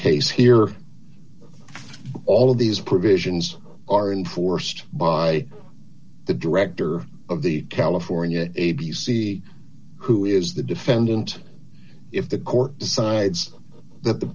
case here all of these provisions are inforced by the director of the california a b c who is the defendant if the court decides that the